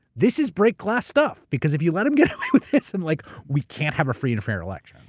this is break glass stuff, because if you let him get away with this, then like we can't have a free and a fair election.